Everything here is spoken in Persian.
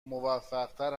موفقتر